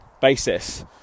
basis